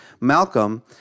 Malcolm